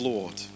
Lord